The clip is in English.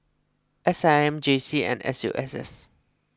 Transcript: S I M J C and S U S S